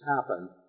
happen